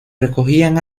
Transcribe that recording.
recogían